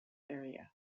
area